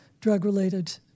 drug-related